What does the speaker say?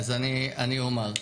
אני אומר.